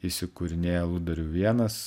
įsikūrinėja aludarių vienas